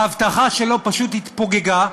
ההבטחה שלו פשוט התפוגגה,